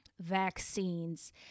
vaccines